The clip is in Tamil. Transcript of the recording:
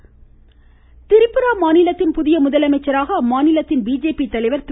திரிபுரா திரிபுரா மாநிலத்தின் புதிய முதலமைச்சராக அம்மாநிலத்தின் பிஜேபி தலைவர் திரு